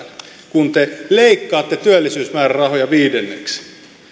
kun te leikkaatte työllisyysmäärärahoja viidenneksen